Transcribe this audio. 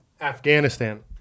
Afghanistan